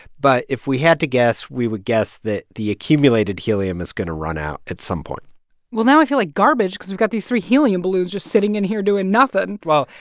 but if we had to guess, we would guess that the accumulated helium is going to run out at some point well, now i feel like garbage because we've got these three helium balloons just sitting in here doing nothing well,